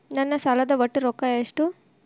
ನನ್ನ ಸಾಲದ ಒಟ್ಟ ರೊಕ್ಕ ಎಷ್ಟು?